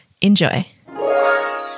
Enjoy